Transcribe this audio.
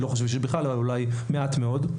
אני לא חושב שבכלל ואם כן, אולי מעט מאוד.